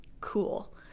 cool